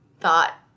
thought